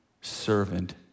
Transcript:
servant